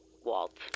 Walt